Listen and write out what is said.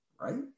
right